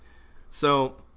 so